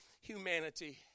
humanity